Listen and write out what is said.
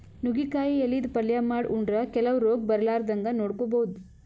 ನುಗ್ಗಿಕಾಯಿ ಎಲಿದ್ ಪಲ್ಯ ಮಾಡ್ ಉಂಡ್ರ ಕೆಲವ್ ರೋಗ್ ಬರಲಾರದಂಗ್ ನೋಡ್ಕೊಬಹುದ್